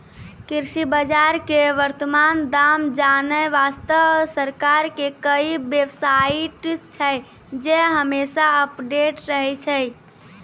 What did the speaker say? कृषि बाजार के वर्तमान दाम जानै वास्तॅ सरकार के कई बेव साइट छै जे हमेशा अपडेट रहै छै